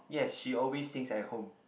yes she always sings at home